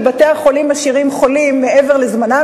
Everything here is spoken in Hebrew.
ובתי-החולים משאירים חולים מעבר לזמנם.